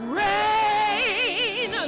rain